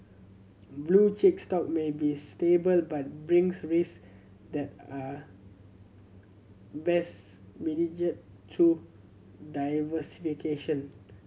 blue chip stock may be stable but brings risk that are best through diversification